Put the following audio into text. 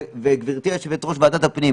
וגברתי יושבת-ראש ועדת הפנים,